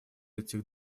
этих